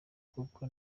kuko